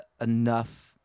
enough